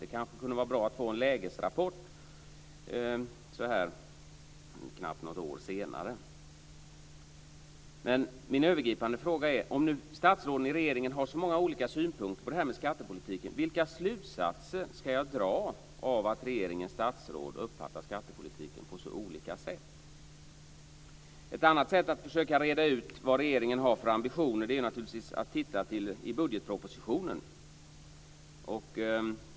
Det kunde kanske vara bra att få en lägesrapport så här knappt ett år senare. Men min övergripande fråga är: Om statsråden i regeringen har så många olika synpunkter på skattepolitiken, vilka slutsatser ska jag dra av att regeringens statsråd uppfattar skattepolitiken på så olika sätt? Ett annat sätt att försöka att reda ut vad regeringen har för ambitioner är att titta i budgetpropositionen.